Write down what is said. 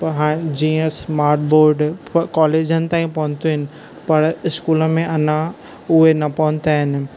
पर हाणे जीअं स्मार्ट बोर्ड कॉलेजनि ताईं पहुता आहिनि पर इस्कूल में अञां उहे न पहुता आहिनि